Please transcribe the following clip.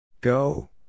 Go